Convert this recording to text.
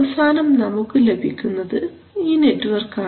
അവസാനം നമുക്ക് ലഭിക്കുന്നത് ഈ നെറ്റ്വർക്കാണ്